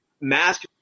mask